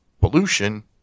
pollution